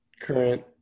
current